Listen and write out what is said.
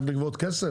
רק לגבות כסף?